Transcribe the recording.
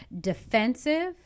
defensive